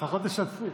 לפחות תשתפו.